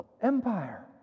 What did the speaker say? Empire